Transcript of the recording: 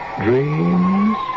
dreams